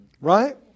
Right